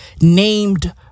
named